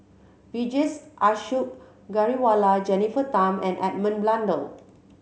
Vijesh Ashok Ghariwala Jennifer Tham and Edmund Blundell